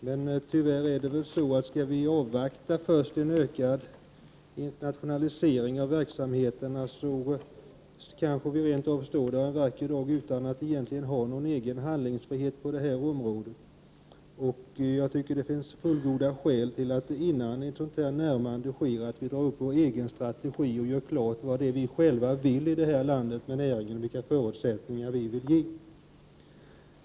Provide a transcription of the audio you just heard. Men tyvärr är det väl så, om vi först skall avvakta en ökad internationalisering av verksamheterna, att vi kanske rent av står där en vacker dag utan att egentligen ha någon egen handlingsfrihet på detta område. Jag tycker att det finns fullgoda skäl för att vi, innan ett sådant närmande sker, utformar vår egen strategi och gör klart vad det är vi själva vill i detta land med näringen och vilka förutsättningar vi vill ge.